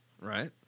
Right